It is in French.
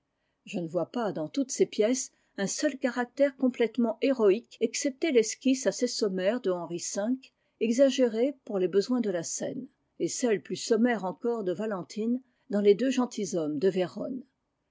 je ne vois pas dans toutes ses pièces un seul caractère complètement héroïque excepté l'esquisse assez sommaire de henri v exagérée pour les besoins de la scène et celle plus sommaire encore de valentine dans les deux gentilshommesde vérone